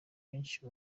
benshi